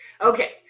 Okay